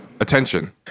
attention